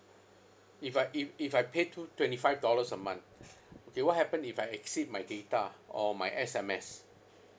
if I if if I pay two twenty five dollars a month okay what happen if I exceed my data or my S_M_S